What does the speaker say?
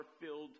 filled